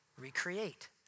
recreate